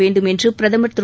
வேண்டும் என்று பிரதமர் திரு